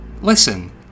listen